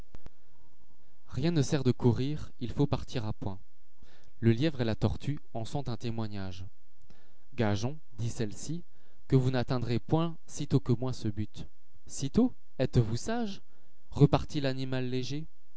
ien ne sert de courir il faut partir à point le lièvre et la tortue en sont un témoignage gageons dit celle-ci que vous n'atteindrez point sitôt que moi ce but sitôt étes-vous sage repartit l'animal léger